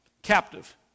captive